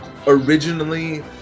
Originally